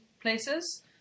places